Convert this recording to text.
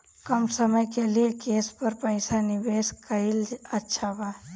कम समय के लिए केस पर पईसा निवेश करल अच्छा बा?